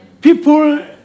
people